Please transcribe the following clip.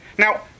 Now